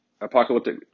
apocalyptic